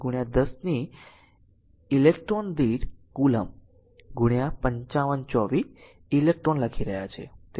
602 10 થી ઇલેક્ટ્રોન દીઠ coulomb 5524 electron લખી રહ્યા છે